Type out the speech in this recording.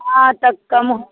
हाँ तो कम हो